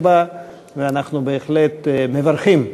אנחנו מציינים היום את יום הבטיחות הבין-לאומי,